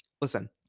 listen